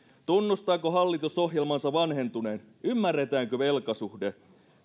tunnustaako hallitus ohjelmansa vanhentuneen ymmärretäänkö velkasuhde